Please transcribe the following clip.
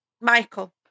michael